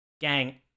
Gang